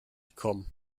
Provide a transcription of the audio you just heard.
gekommen